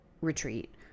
Retreat